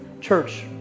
Church